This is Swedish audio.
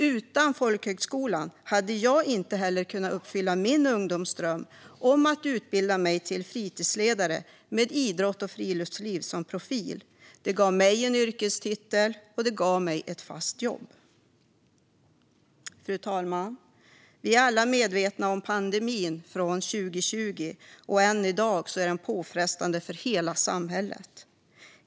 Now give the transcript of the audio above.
Utan folkhögskolan hade jag inte heller kunnat uppfylla min ungdomsdröm om att utbilda mig till fritidsledare med idrott och friluftsliv som profil. Det gav mig en yrkestitel och ett fast jobb. Fru talman! Vi är alla medvetna om pandemin från 2020 som än i dag är påfrestande för hela samhället.